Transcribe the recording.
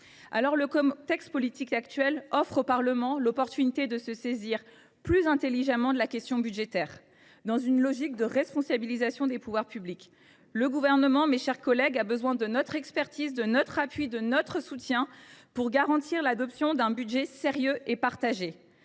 Le contexte politique actuel offre au Parlement l’occasion de se saisir plus intelligemment de la question budgétaire, dans une logique de responsabilisation des pouvoirs publics. Le Gouvernement, mes chers collègues, a besoin de notre expertise, de notre appui et de notre soutien pour garantir l’adoption d’un budget sérieux et partagé.